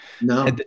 No